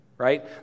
right